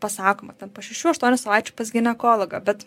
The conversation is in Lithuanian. pasakoma ten po šešių aštuonių savaičių pas ginekologą bet